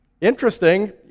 Interesting